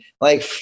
like-